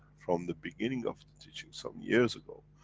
from the beginning of the teachings, some years ago.